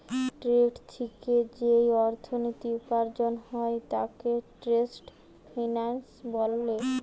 trade থিকে যেই অর্থনীতি উপার্জন হয় তাকে ট্রেড ফিন্যান্স বোলছে